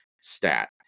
stat